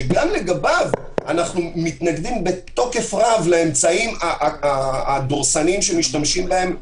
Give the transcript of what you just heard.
שגם לגביו אנחנו מתנגדים בתוקף רב לאמצעים הדורסניים שמשתמשים בהם,